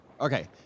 Okay